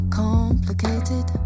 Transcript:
complicated